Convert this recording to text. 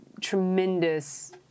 tremendous